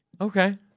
Okay